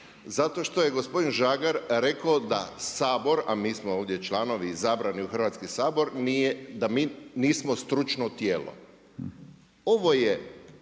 Zato što je gospodin Žagar rekao da Sabor, a mi smo ovdje članovi izabrani u Hrvatski sabor da mi nismo stručno tijelo. Ovo je